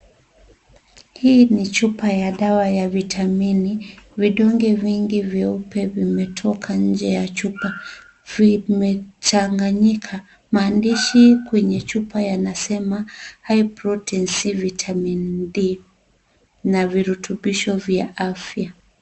Hii ni chupa ya dawa ya vitamini, vidunge vingi vyeupe vimetoka nje ya chupa vimechanganyika, maandishi kwenye chupa yanasema high protency vitamin D na virutubisho vya afya.